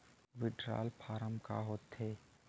withdrawal form का होथेय